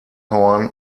horn